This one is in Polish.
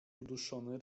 uduszony